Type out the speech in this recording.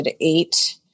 eight